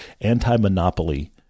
anti-monopoly